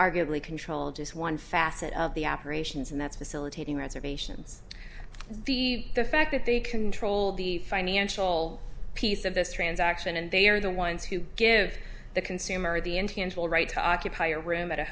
arguably control just one facet of the operations and that's bacillus hating reservations the fact that they control the financial piece of this transaction and they are the ones who give the consumer the intangible right to occupy a room at a